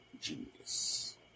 Genius